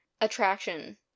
attraction